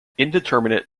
indeterminate